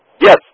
Yes